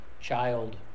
child